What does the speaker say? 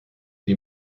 sie